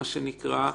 מה שנקרא,